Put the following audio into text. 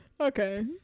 Okay